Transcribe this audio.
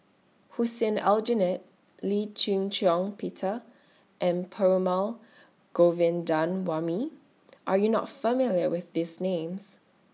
Hussein Aljunied Lee Shih Shiong Peter and Perumal Govindaswamy Are YOU not familiar with These Names